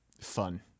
fun